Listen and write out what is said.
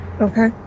Okay